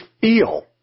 feel